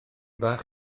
bach